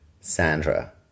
Sandra